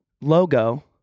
logo